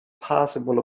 possible